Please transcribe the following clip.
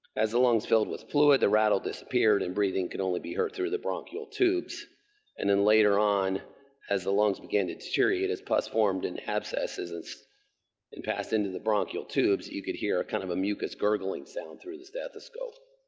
as the lungs filled with fluid, the rattle disappeared and breathing could only be heard through the bronchiole tubes and then later on as the lungs began to deteriorate and as pus formed and abscess is then and passed into the bronchiole tubes, you could hear a kind of mucus gargling sound through the stethoscope.